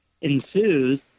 ensues